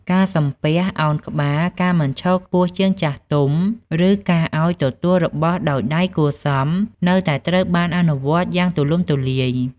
ការ សំពះ ឱនក្បាល ការមិនឈរខ្ពស់ជាងចាស់ទុំ ឬការឲ្យទទួលរបស់ដោយដៃគួរសម នៅតែត្រូវបានអនុវត្តយ៉ាងទូលំទូលាយ។